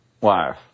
wife